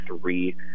three